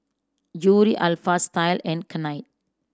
Yuri Alpha Style and Knight